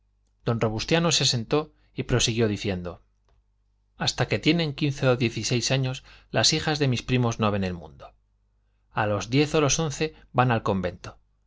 don robustiano se sentó y prosiguió diciendo hasta que tienen quince o dieciséis años las hijas de mis primos no ven el mundo a los diez o los once van al convento